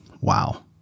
Wow